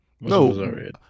No